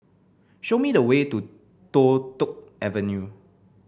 show me the way to Toh Tuck Avenue